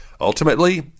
Ultimately